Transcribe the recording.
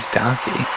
donkey